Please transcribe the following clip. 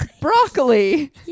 broccoli